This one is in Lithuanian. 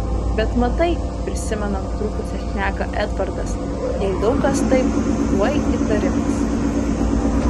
bet matai prisimena nutrūkusią šneką edvardas jei daug kas taip tuoj įtarimas